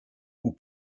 aux